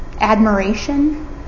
admiration